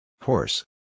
Horse